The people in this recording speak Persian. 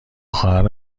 خواهر